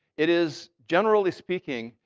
it is, generally speaking,